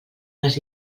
les